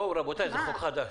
רבותיי, זה חוק חדש